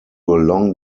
long